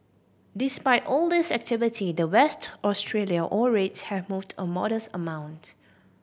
despite all this activity the West Australia ore rates have moved a modest amount